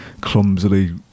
clumsily